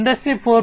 industry 4